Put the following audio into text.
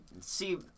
see